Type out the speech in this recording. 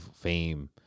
fame